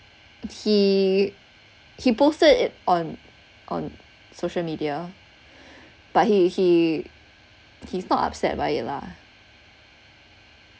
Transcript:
he he posted it on on social media but he he he's not upset by it lah